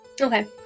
Okay